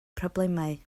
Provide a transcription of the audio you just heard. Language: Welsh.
problemau